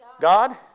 God